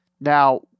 Now